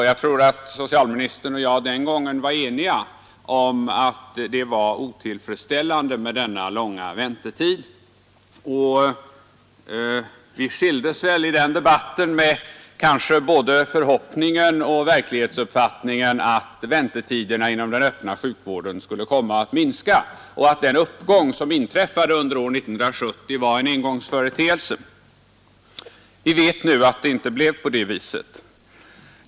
Jag tror att socialministern och jag den gången var eniga om att det var otillfredsställande med denna långa väntetid, och vi skilde oss väl från den debatten med både förhoppningen och övertygelsen att väntetiderna inom den öppna sjukvården skulle komma att minska och att den uppgång som inträffade under år 1970 var en engångsföreteelse. Vi vet nu att det inte blev på det viset.